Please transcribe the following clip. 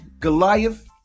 Goliath